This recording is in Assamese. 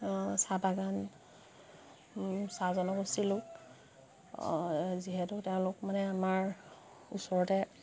চাহ বাগান চাহ জনগোষ্ঠীৰলোক যিহেতু তেওঁলোক মানে আমাৰ ওচৰতে